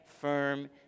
firm